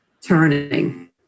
turning